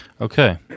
okay